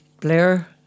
Blair